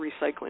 recycling